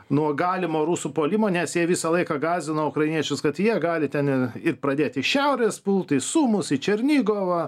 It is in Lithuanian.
nuo galimo rusų puolimo nes jie visą laiką gąsdino ukrainiečius kad jie gali ten ir pradėt iš šiaurės pult į sumus į černigovą